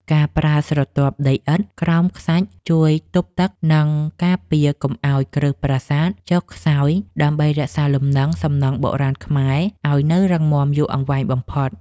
ការប្រើស្រទាប់ដីឥដ្ឋក្រោមខ្សាច់ជួយទប់ទឹក និង ការពារកុំឱ្យគ្រឹះប្រាសាទចុះខ្សោយដើម្បីរក្សាលំនឹងសំណង់បុរាណខ្មែរឱ្យរឹងមាំយូរអង្វែងបំផុត។